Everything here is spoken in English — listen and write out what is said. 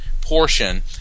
portion